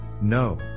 no